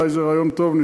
אולי זה רעיון טוב,